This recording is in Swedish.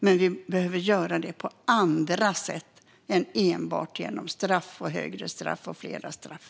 Men vi behöver göra det på andra sätt än enbart genom straff, högre straff och fler straff.